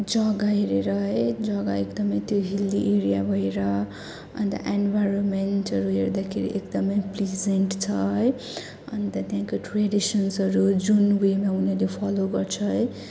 जग्गा हेरेर है जग्गा एकदमै त्यो हिल्ली एरिया भएर अन्त एनभारोमेन्टहरू हेर्दाखेरि एकदमै प्लिजेन्ट छ है अन्त त्यहाँको ट्रेडिसन्सहरू जुन वेमा उनीहरूले फलो गर्छ है